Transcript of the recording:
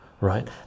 right